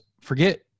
forget